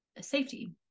safety